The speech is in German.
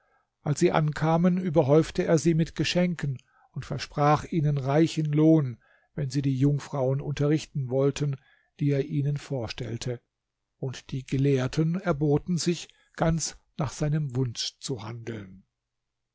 als sie ankamen überhäufte er sie mit geschenken und versprach ihnen reichen lohn wenn sie die jungfrauen unterrichten wollten die er ihnen vorstellte und die gelehrten erboten sich ganz nach seinem wunsch zu handeln